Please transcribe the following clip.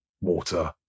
water